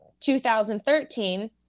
2013